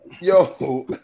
Yo